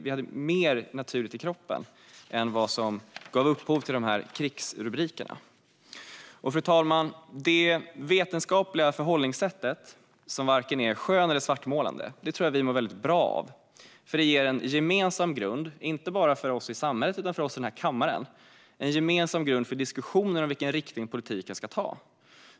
Vi hade mer arsenik naturligt i kroppen än de nivåer som gav upphov till krigsrubrikerna. Fru talman! Det vetenskapliga förhållningssättet, som varken är skön eller svartmålande, mår vi väldigt bra av. Det ger en gemensam grund, inte bara för oss i samhället utan också för oss i den här kammaren, för diskussioner om vilken riktning politiken ska ta.